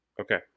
Okay